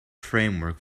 framework